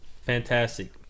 Fantastic